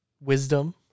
wisdom